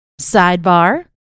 sidebar